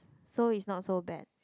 so is not so bad